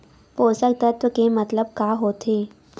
पोषक तत्व के मतलब का होथे?